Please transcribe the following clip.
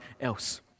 else